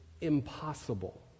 impossible